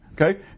Okay